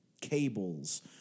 Cables